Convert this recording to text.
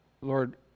Lord